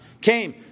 came